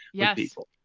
yeah, people.